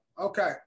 Okay